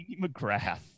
McGrath